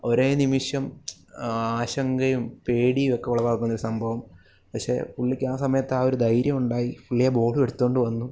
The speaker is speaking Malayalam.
ഒരേ നിമിഷം ആശങ്കയും പേടിയൊക്കെ ഉളവാക്കുന്ന ഒരു സംഭവം പക്ഷേ പുള്ളിക്ക് ആ സമയത്ത് ആ ഒരു ധൈര്യം ഉണ്ടായി പുള്ളി ആ ബോൾ എടുത്തു കൊണ്ട് വന്നു